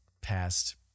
past